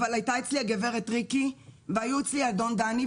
אבל הייתה אצלי הגב' ריקי והיה אצלי אדון דני,